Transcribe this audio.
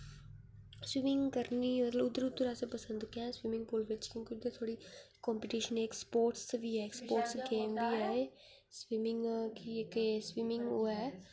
swimming करनी होऐ ते उद्धर उद्धर अस पसंद ऐ स्विमिंग पूल बिच क्योंकि उद्धर थोह्ड़ी कम्पीटिशन इक स्पोर्टस बी ऐ स्पोर्टस केह् होंदी ऐ एह् स्विमिंग गी के इक स्विमिंग ओह् ऐ